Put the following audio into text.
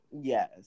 Yes